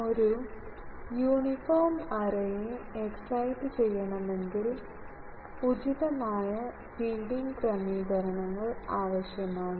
ഒരു യൂണിഫോം എറേയെ എക്സൈറ്റ് ചെയ്യണമെങ്കിൽ ഉചിതമായ ഫീഡിങ് ക്രമീകരണങ്ങൾ ആവശ്യമാണ്